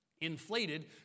inflated